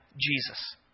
Jesus